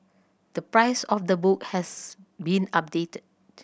the price of the book has been updated